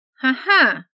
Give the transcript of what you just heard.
Haha